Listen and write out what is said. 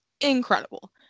incredible